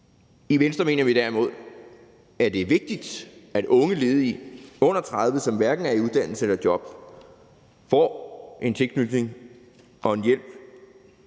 I Venstre mener vi derimod, at det er vigtigt, at unge ledige under 30, som hverken er i uddannelse eller job, får en tilknytning og en hjælp